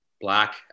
black